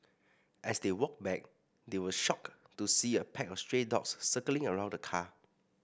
as they walked back they were shocked to see a pack of stray dogs circling around the car